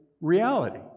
reality